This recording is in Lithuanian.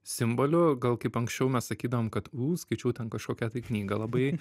simboliu gal kaip anksčiau mes sakydavom kad u skaičiau ten kažkokią tai knygą labai